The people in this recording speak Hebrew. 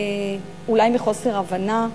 אולי מחוסר הבנה,